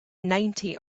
ninety